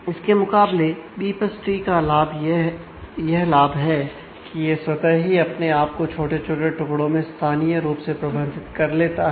इसके मुकाबले B plus tree का यह लाभ है कि यह स्वतः ही अपने आप को छोटे छोटे टुकड़ों में स्थानीय रूप से प्रबंधित कर लेता है